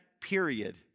period